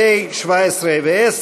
פ/1710,